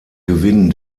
gewinn